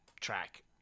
track